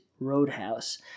Roadhouse